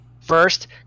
First